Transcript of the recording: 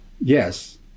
Yes